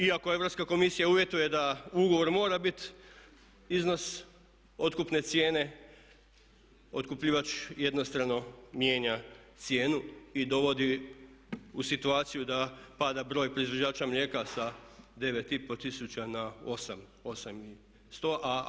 Iako Europska komisija uvjetuje da u ugovoru mora biti iznos otkupne cijene otkupljivač jednostrano mijenja cijenu i dovodi u situaciju da pada broj proizvođača mlijeka sa 9,5 tisuća na 8 tisuća.